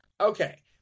Okay